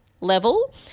level